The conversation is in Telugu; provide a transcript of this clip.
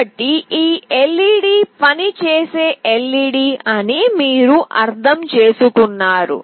కాబట్టి ఈ LED పని చేసే LED అని మీరు అర్థం చేసుకున్నారు